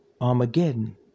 Armageddon